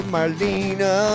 Marlena